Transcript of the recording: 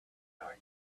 were